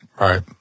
Right